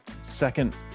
second